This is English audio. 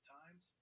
times